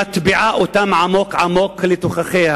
שמטביעה אותן עמוק עמוק בתוכה,